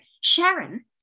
Sharon